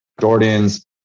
jordan's